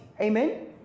Amen